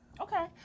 Okay